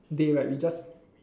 day right we just